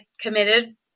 committed